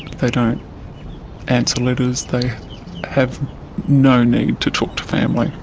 they don't answer letters. they have no need to talk to family.